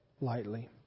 lightly